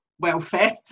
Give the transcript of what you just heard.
Welfare